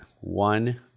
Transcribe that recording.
One